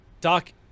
doc